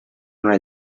una